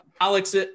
Alex